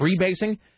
freebasing